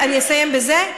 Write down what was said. אני אסיים בזה.